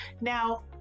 Now